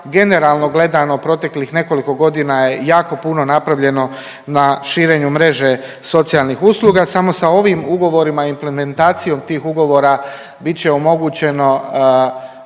Generalno gledano proteklih nekoliko godina jako puno napravljeno na širenju mreže socijalnih usluga, samo sa ovim ugovorima i implementacijom tih ugovora bit će omogućeno